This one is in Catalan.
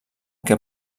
que